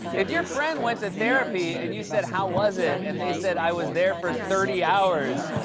if your friend went to therapy, and you said, how was it? and they said, i was there for thirty hours,